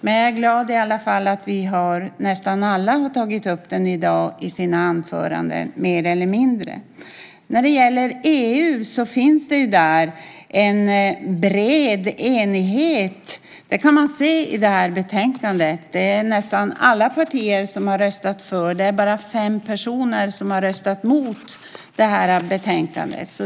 Jag är i varje fall glad att nästan alla mer eller mindre har tagit upp frågan i dag i sina anföranden. När det gäller EU finns det en bred enighet. Det kan man se i betänkandet. Nästan alla partier har röstat för. Det är bara fem personer som har röstat emot förslaget i betänkandet.